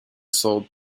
sold